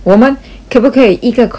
可不可以一个 question